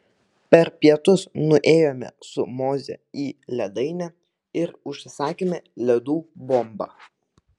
per pietus nuėjome su moze į ledainę ir užsisakėme ledų bombą